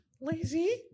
Lazy